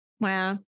Wow